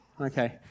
Okay